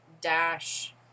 dash